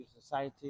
society